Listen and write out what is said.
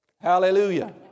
Hallelujah